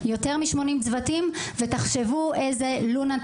יותר מ-80 צוותים ותחשבו איזה טירוף,